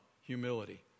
Humility